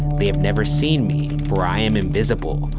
they have never seen me, for i am invisible,